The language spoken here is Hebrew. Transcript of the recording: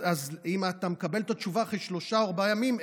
אם אתה מקבל את התשובה אחרי שלושה או ארבעה ימים,